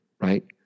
right